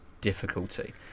difficulty